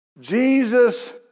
Jesus